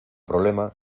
problema